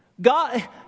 God